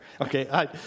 Okay